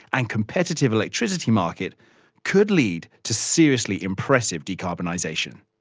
and competitive electricity market could lead to seriously impressive decarbonisation.